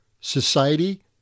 society